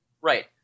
Right